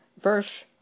Verse